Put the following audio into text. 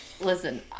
Listen